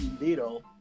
little